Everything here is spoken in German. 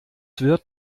wird